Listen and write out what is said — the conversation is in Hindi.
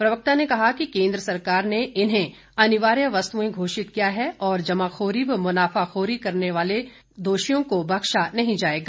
प्रवक्ता ने बताया कि केंद्र सरकार ने इन्हें अनिवार्य वस्तुएं घोषित किया है और जमाखोरी व मुनाफाखोरी करने वाले दोषियों को बख्शा नहीं जाएगा